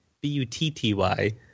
B-U-T-T-Y